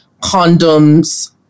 condoms